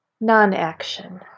non-action